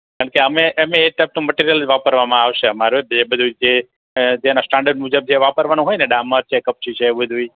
કરણ કે અમે અમે એ ટાઈપનું મટિરિયલ વાપરવામાં આવશે અમારું જે બધુંય જે જે એના સ્ટાન્ડર્ડ મુજબ જે વાપરવાનું હોય ને ડામર છે કપચી છે એવું બધું એ